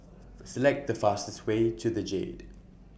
Select The fastest Way to The Jade